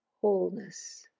wholeness